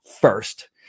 first